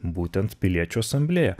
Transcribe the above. būtent piliečių asamblėja